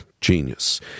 genius